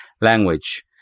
language